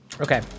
Okay